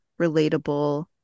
relatable